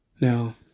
Now